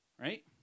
Right